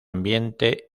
ambiente